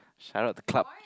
shoutout to club